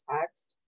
text